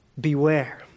Beware